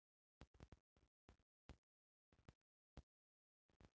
समुंद्री प्रोन के दाम ढेरे महंगा होखेला